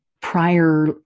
prior